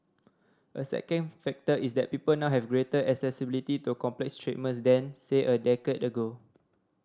a second factor is that people now have greater accessibility to complex treatments than say a decade ago